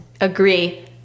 Agree